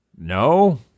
No